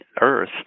Earth